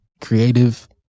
creative